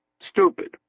stupid